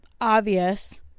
Obvious